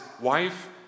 wife